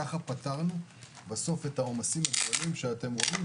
ככה פתרנו בסוף את העומסים הגדולים שאתם רואים.